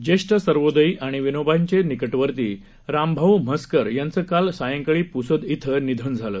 ज्येष्ठ सर्वोदयी आणि विनोबांचे निकटवर्ती रामभाऊ म्हसकर यांचं काल सायंकाळी प्रसद श्विं निधन झालं